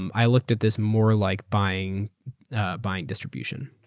um i looked at this more like buying ah buying distribution.